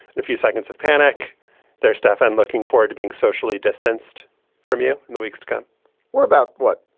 and a few seconds of panic there. stefan, looking forward to being socially distanced from you in the weeks to come we're about, what,